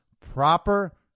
proper